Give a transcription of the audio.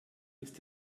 ist